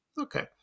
okay